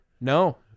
No